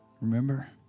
Remember